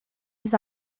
his